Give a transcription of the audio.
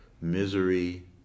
Misery